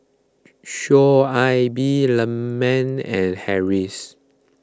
Shoaib Leman and Harris